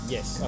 Yes